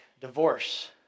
Divorce